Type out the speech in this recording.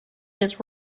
his